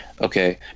Okay